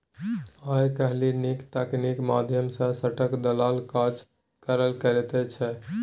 आय काल्हि नीक तकनीकीक माध्यम सँ स्टाक दलाल काज करल करैत छै